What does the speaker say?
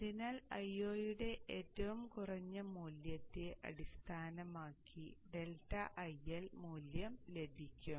അതിനാൽ Io യുടെ ഏറ്റവും കുറഞ്ഞ മൂല്യത്തെ അടിസ്ഥാനമാക്കി ∆IL മൂല്യം ലഭിക്കും